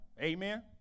Amen